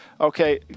Okay